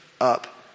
up